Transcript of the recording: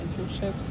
internships